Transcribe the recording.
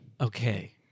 Okay